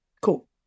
cool